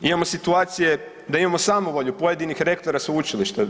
Imamo situacije da imamo samovolju pojedinih rektora sveučilišta.